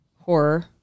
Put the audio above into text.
Horror